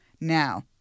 Now